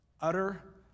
Utter